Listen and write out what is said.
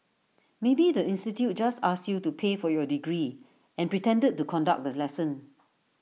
maybe the institute just asked you to pay for your degree and pretended to conduct the lesson